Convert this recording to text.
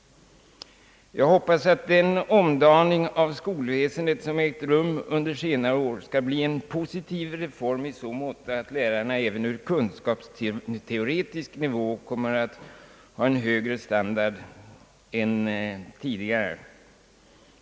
Jag hoppas att den omdaning av skolväsendet som ägt rum under senare år skall bli en positiv reform i så måtto att lärarna även när det gäller den kunskapsteoretiska nivån kommer att ha en högre standard än tidigare.